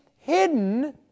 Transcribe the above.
hidden